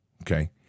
okay